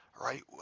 right